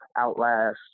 outlast